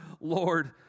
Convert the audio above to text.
Lord